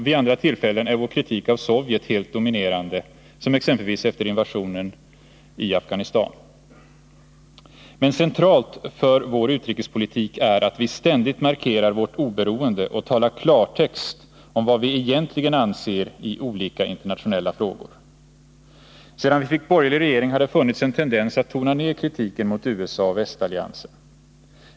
Vid andra tillfällen är vår kritik av Sovjet helt dominerande, som exempelvis efter invasionen i Afghanistan. Men centralt för vår utrikespolitik är att vi ständigt markerar vårt oberoende och talar klartext om vad vi egentligen anser i olika internationella frågor. Sedan vi fick borgerlig regering har det funnits en tendens att tona ned kritiken mot USA och västalliansen.